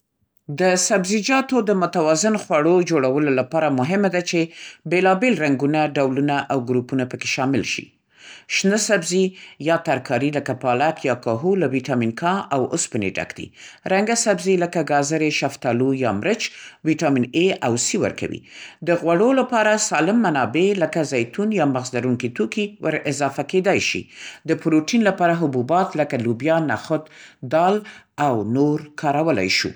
د سبزیجاتو متوازن خوړو جوړولو لپاره مهمه ده چې بېلابېل رنګونه، ډولونه او ګروپونه پکې شامل شي. شنه سبزي یا ترکاري، لکه پالک یا کاهو، له ویټامین کا او اوسپنې ډک دي. رنګه سبزي، لکه ګازرې، شفتالو یا مرچ، ویټامین اِ او سی ورکوي. د غوړو لپاره سالم منابع، لکه زیتون یا مغز لرونکي توکي، ور اضافه کېدای شي. د پروتین لپاره حبوبات لکه؛ لوبیا، نخود، دال او نور کارولی شو.